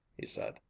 he said.